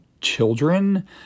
children